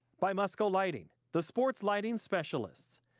by musco lighting, the sports lighting specialist,